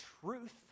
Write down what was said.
truth